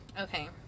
okay